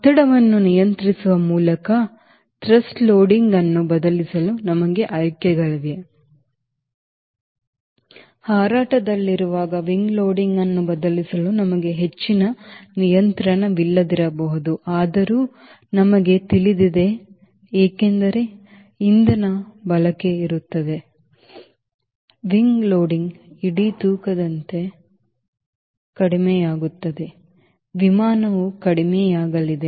ಒತ್ತಡವನ್ನು ನಿಯಂತ್ರಿಸುವ ಮೂಲಕ thrust loadingಗ್ ಅನ್ನು ಬದಲಿಸಲು ನಮಗೆ ಆಯ್ಕೆಗಳಿವೆ ಹಾರಾಟದಲ್ಲಿರುವಾಗ wing loadingಗ್ ಅನ್ನು ಬದಲಿಸಲು ನಮಗೆ ಹೆಚ್ಚಿನ ನಿಯಂತ್ರಣವಿಲ್ಲದಿರಬಹುದು ಆದರೂ ನಮಗೆ ತಿಳಿದಿದೆ ಏಕೆಂದರೆ ಇಂಧನ ಬಳಕೆ ಇರುತ್ತದೆ wing loadingಗ್ ಇಡೀ ತೂಕದಂತೆ ಕಡಿಮೆಯಾಗುತ್ತದೆ ವಿಮಾನವು ಕಡಿಮೆಯಾಗಲಿದೆ